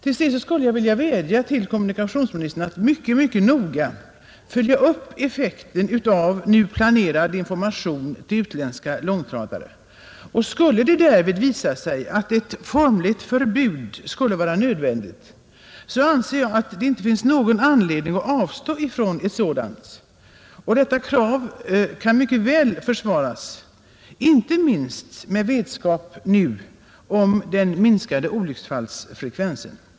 Till sist skulle jag vilja vädja till kommunikationsministern att mycket noga följa upp effekten av nu planerad information till utländska långtradare. Skulle det därvid visa sig att ett formligt förbud är nödvändigt, så anser jag att det inte finns någon anledning att avstå från ett sådant. Detta krav kan mycket väl försvaras, inte minst med vetskap nu om den minskade olycksfallsfrekvensen.